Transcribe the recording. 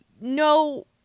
no